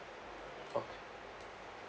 okay